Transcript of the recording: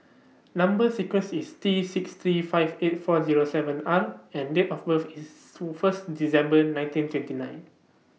Number sequence IS T six three five eight four Zero seven R and Date of birth IS two First December nineteen twenty nine